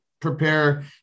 prepare